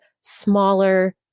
smaller